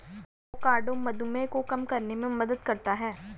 avocado मधुमेह को कम करने में मदद करता है